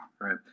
Right